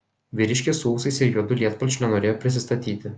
vyriškis su ūsais ir juodu lietpalčiu nenorėjo prisistatyti